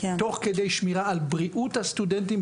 תוך כדי שמירה על בריאות הסטודנטים,